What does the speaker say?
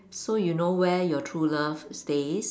so you know where your true love stays